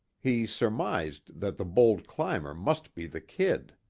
he surmised that the bold climber must be the kid.